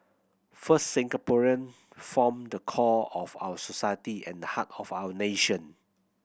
first Singaporean form the core of our society and the heart of our nation